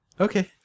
Okay